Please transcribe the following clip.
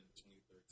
2013